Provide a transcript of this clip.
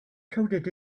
coded